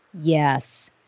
Yes